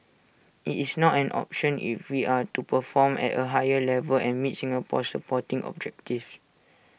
IT is not an option if we are to perform at A higher level and meet Singapore's sporting objectives